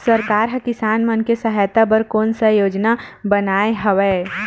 सरकार हा किसान मन के सहायता बर कोन सा योजना बनाए हवाये?